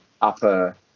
upper